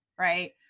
right